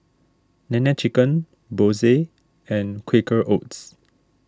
Nene Chicken Bose and Quaker Oats